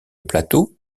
plateau